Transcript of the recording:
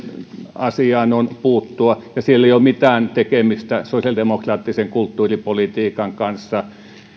asiaan on puuttua sillä ei ole mitään tekemistä sosiaalidemokraattisen kulttuuripolitiikan kanssa